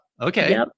okay